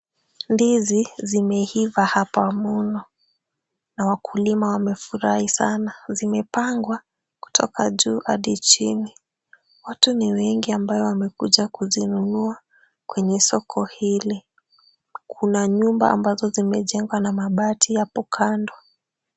Ndizi zimeiva hapa mno na wakulima wamefurahi sana. Zimepangwa kutoka juu hadi chini. Watu ni wengi ambayo wamekuja kuzinunua kwenye soko hili. Kuna nyumba ambazo zimejengwa na mabati hapo kando.